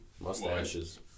Mustaches